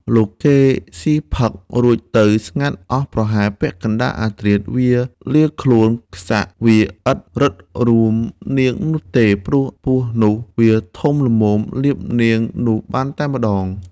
លុះគេស៊ីផឹករួចទៅស្ងាត់អស់ប្រហែល ពាក់កណ្ដាល អាធ្រាតវាលាខ្លួនខ្សាក វាឥតរឹតរួតនាងនោះទេ ព្រោះពស់នោះវាធំល្មមលេបនាងនោះបានតែម្ដង។